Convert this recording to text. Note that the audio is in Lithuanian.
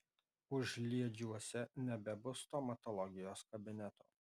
užliedžiuose nebebus stomatologijos kabineto